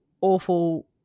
awful